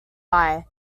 eye